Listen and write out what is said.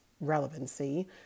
relevancy